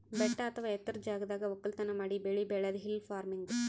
ಬೆಟ್ಟ ಅಥವಾ ಎತ್ತರದ್ ಜಾಗದಾಗ್ ವಕ್ಕಲತನ್ ಮಾಡಿ ಬೆಳಿ ಬೆಳ್ಯಾದೆ ಹಿಲ್ ಫಾರ್ಮಿನ್ಗ್